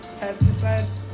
pesticides